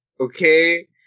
Okay